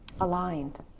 aligned